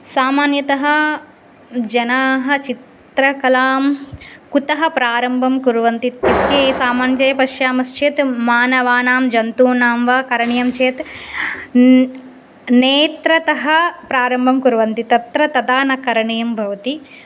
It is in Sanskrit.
सामान्यतः जनाः चित्रकलां कुतः प्रारम्भं कुर्वन्ति इत्युक्ते सामान्यतया पश्यामश्चेत् मानवानां जन्तूनां वा करणीयं चेत् नेत्रतः प्रारम्भं कुर्वन्ति तत्र तदा न करणीयं भवति